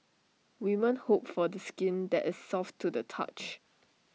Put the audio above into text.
women hope for skin that is soft to the touch